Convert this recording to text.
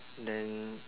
then